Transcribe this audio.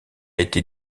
été